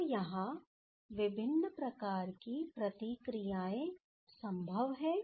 तो यहां विभिन्न प्रकार की प्रतिक्रियाएँ संभव हैं